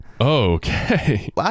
Okay